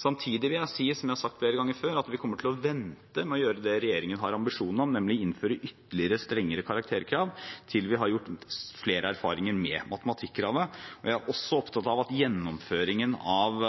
Samtidig vil jeg si, som jeg har sagt flere ganger før, at vi kommer til å vente med å gjøre det regjeringen har ambisjon om, nemlig å innføre ytterligere, strengere karakterkrav, til vi har gjort flere erfaringer med matematikkravet. Jeg er også opptatt av at gjennomføringen av